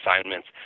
assignments